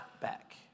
back